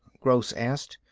gross asked.